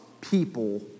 people